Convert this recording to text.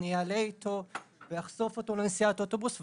אני אעלה אותו ואחשוף אותו לנסיעת אוטובוס,